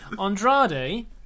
Andrade